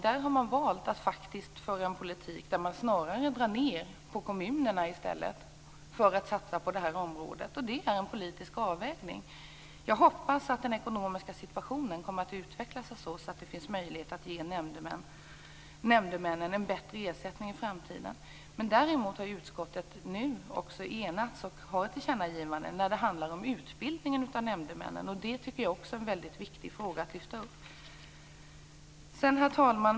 Här har man valt att föra en politik där man drar ned på kommunerna och i stället satsar på detta område. Det är en politisk avvägning. Jag hoppas att den ekonomiska situationen kommer att utveckla sig så, att det finns möjlighet att ge nämndemännen en bättre ersättning i framtiden. Utskottet har enats om ett tillkännagivande när det gäller utbildningen av nämndemännen. Det tycker jag är en väldigt viktig fråga att lyfta upp. Herr talman!